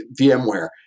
VMware